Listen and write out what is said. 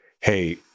hey